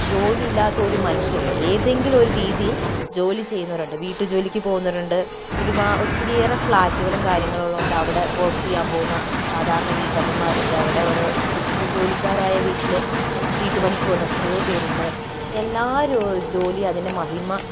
ജോലി ഇല്ലാത്ത ഒരു മനുഷ്യരില്ല എന്തെങ്കിലും ഒരു രീതിയിൽ ജോലി ചെയ്യുന്നവരുണ്ട് വീട്ട് ജോലിക്ക് പോകുന്നവരുണ്ട് ഒത്തിരിയേറെ ഫ്ലാറ്റുകളും കാര്യങ്ങളും ഉള്ളത് കൊണ്ട് അവിടെ വോർക്ക് ചെയ്യാൻ പോകുന്ന സാധാരണ വീട്ടമ്മമാരുണ്ട് അവിടെ ഓരോ ഇപ്പോൾ ജോലിക്കാരായ വീട്ടില് വീട്ടു പണിക്ക് പോകുന്ന എത്രയോ പേരുണ്ട് ഇപ്പോൾ എല്ലാവരും ജോലി അതിൻ്റെ മഹിമ